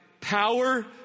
power